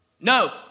no